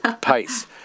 pace